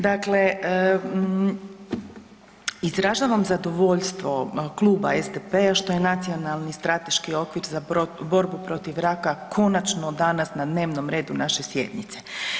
Dakle, izražavam zadovoljstvo Kluba SDP-a što je Nacionalni strateški okvir za borbu protiv raka konačno danas na dnevnom redu naše sjednice.